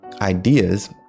ideas